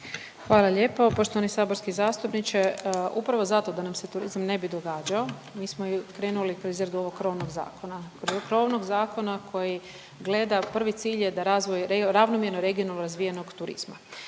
Hvala lijepo poštovani saborski zastupniče. Upravo zato da nam se turizam ne bi događao, mi smo krenuli pri izradu ovog krovnog zakona. Ovog krovnog zakona koji gleda, prvi cilj je da razvoj, ravnomjerno regionalno razvijenog turizma.